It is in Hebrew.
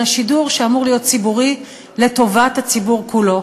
השידור שאמור להיות ציבורי לטובת הציבור כולו.